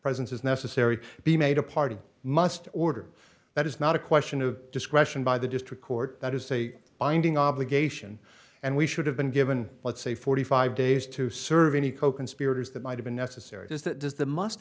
presence is necessary to be made a party must order that is not a question of discretion by the district court that is a binding obligation and we should have been given let's say forty five days to serve any coconspirators that might have been necessary does that does the must